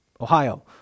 Ohio